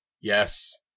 Yes